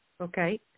Okay